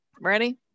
ready